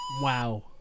wow